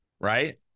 right